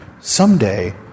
someday